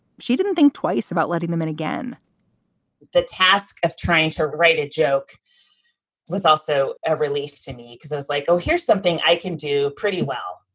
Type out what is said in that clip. she didn't think twice about letting them in again the task of trying to write a joke was also a relief to me because i was like, oh, here's something i can do pretty well.